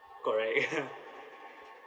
correct